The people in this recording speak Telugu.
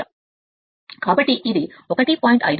సరైనది కాబట్టి ఇది 1 0